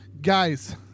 Guys